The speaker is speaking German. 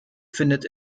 findet